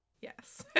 Yes